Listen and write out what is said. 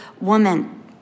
woman